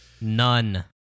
None